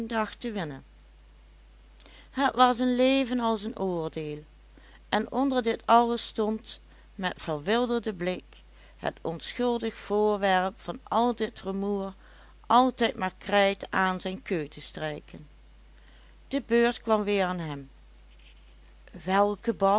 dacht te winnen het was een leven als een oordeel en onder dit alles stond met verwilderden blik het onschuldig voorwerp van al dit rumoer altijd maar krijt aan zijn keu te strijken de beurt kwam weer aan hem welke